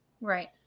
Right